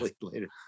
later